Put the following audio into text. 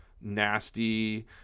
nasty